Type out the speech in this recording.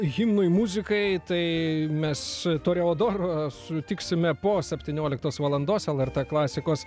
himnui muzikai tai mes toreadoro sutiksime po septynioliktos valandos lrt klasikos